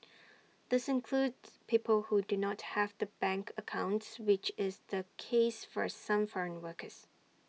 these includes people who do not have the bank accounts which is the case for some foreign workers